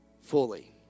fully